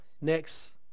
Next